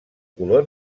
color